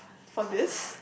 for this